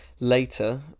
Later